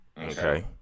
Okay